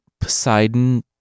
Poseidon